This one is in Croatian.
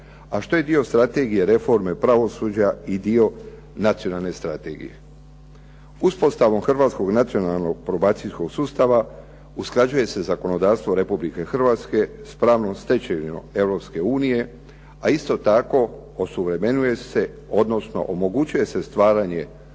a što je dio strategije reforme pravosuđa i dio nacionalne strategije. Uspostavom Hrvatskog nacionalnog probacijskog sustava usklađuje se zakonodavstvo RH s pravnom stečevinom EU, a isto tako osuvremenjuje se, odnosno omogućuje se stvaranje